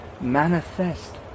manifest